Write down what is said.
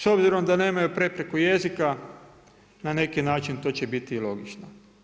S obzirom da nemaju prepreku jezika, na neki način to će biti i logično.